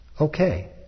Okay